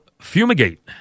fumigate